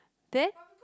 then